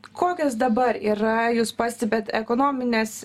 kokios dabar yra jūs pastebit ekonomines